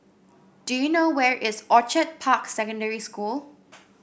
do you know where is Orchid Park Secondary School